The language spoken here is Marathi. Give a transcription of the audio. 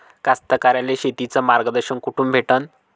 कास्तकाराइले शेतीचं मार्गदर्शन कुठून भेटन?